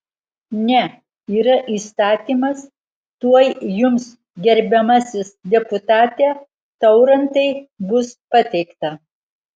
ne yra įstatymas tuoj jums gerbiamasis deputate taurantai bus pateikta